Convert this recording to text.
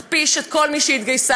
מכפיש את כל מי שהתגייסה.